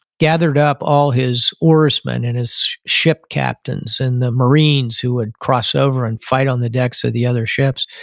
gathered up all this oarsmen, and his ship captains and the marines who would cross over and fight on the decks of the other ships,